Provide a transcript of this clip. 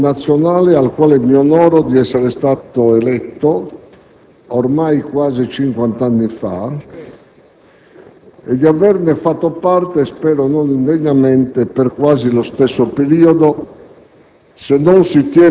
Parlamento nazionale al quale mi onoro di essere stato eletto ormai quasi cinquant'anni fa, e di averne fatto parte, spero non indegnamente, per quasi lo stesso periodo,